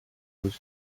was